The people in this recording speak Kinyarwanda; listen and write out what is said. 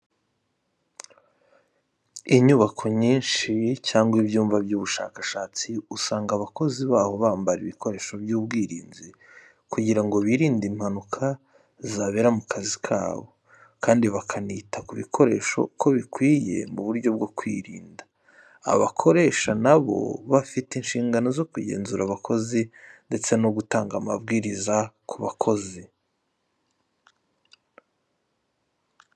Inyubako nyinshi cyangwa ibyumba by'ubushakashatsi, usanga abakozi baho bambara ibikoresho by'ubwirinzi kugira ngo birinde impanuka zabera mu kazi kabo, kandi bakanita ku bikoresho uko bikwiye mu buryo bwo kwirinda. Abakoresha na bo baba bafite inshingano zo kugenzura abakozi ndetse no gutanga amabwiriza ku bakozi.